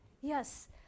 yes